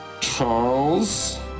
Charles